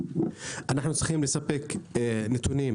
אנחנו צריכים לספק נתונים